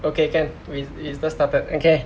okay can with it just started okay